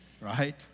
right